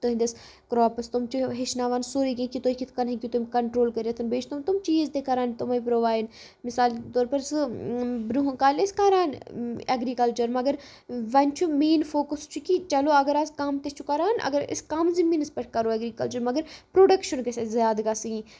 تُہٕنٛدِس کراپس تِم چھِ ہیٚچھناوان سورُے کیٚنٛہہ کہِ تُہۍ کِتھ کٔنۍ ہیٚکِو تِم کَنٹرول کٔرِتھ بیٚیہِ چھِ تِم چیٖز تہِ کَران تِمَے پرٛووایڈ مِثال طور پر سُہ برٛونٛہہ کالہِ ٲسۍ کَران اٮ۪گرِکَلچَر مگر وۄنۍ چھُ مین فوکَس چھُ کہِ چلو اگر آز کَم تہِ چھُ کَران اگر أسۍ کَم زٔمیٖنَس پٮ۪ٹھ کَرو اٮ۪گرِکَلچَر مگر پروڈَکشَن گژھِ اَسہِ زیادٕ گَژھٕنۍ